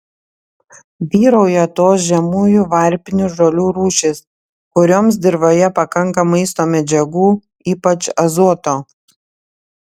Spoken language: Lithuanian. vyrauja tos žemųjų varpinių žolių rūšys kurioms dirvoje pakanka maisto medžiagų ypač azoto